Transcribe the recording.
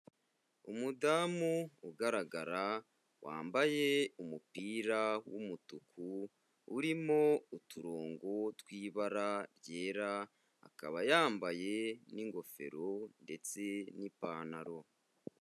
Umudamu ugaragara wambaye umupira w'umutuku, urimo uturongo tw'ibara ryera, akaba yambaye n'ingofero ndetse n'ipantaro.